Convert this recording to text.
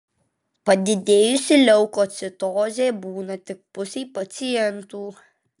padidėjusi leukocitozė būna tik pusei pacientų